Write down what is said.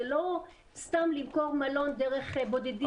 זה לא סתם למכור מלון דרך בודדים.